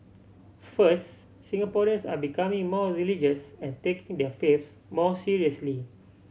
first Singaporeans are becoming more religious and taking their faiths more seriously